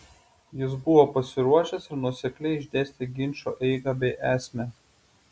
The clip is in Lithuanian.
jis buvo pasiruošęs ir nuosekliai išdėstė ginčo eigą bei esmę